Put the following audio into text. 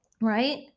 right